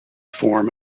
form